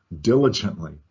diligently